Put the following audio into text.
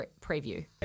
preview